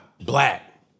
black